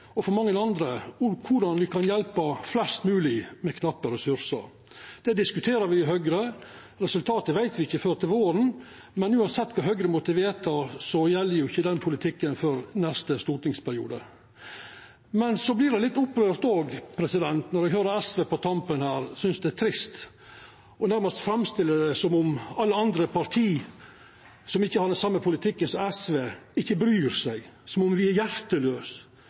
og for mange andre, handlar det om korleis me kan hjelpa flest mogleg med knappe ressursar. Det diskuterer me i Høgre. Resultatet veit me ikkje før til våren, men uansett kva Høgre måtte vedta, gjeld jo ikkje den politikken før neste stortingsperiode. Men eg blir òg litt opprørt når eg høyrer SV her på tampen synest det er «trist», og nærmast framstiller det som om alle andre parti som ikkje har den same politikken som SV, ikkje bryr seg, som om me er